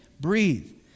Breathe